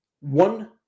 one